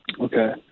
Okay